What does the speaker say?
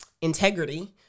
integrity